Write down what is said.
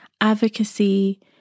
advocacy